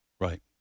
Right